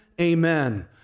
Amen